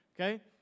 Okay